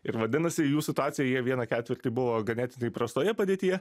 ir vadinasi jų situacija jie vieną ketvirtį buvo ganėtinai prastoje padėtyje